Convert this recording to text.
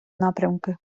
напрямки